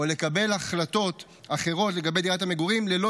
או לקבל החלטות אחרות לגבי דירת המגורים ללא